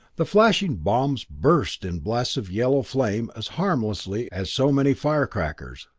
the flashing bombs burst in blasts of yellow flame as harmlessly as so many firecrackers.